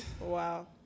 wow